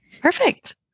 Perfect